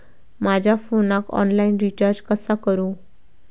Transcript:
माझ्या फोनाक online recharge कसा करू?